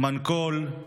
מונגקול,